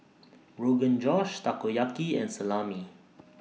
Rogan Josh Takoyaki and Salami